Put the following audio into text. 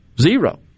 Zero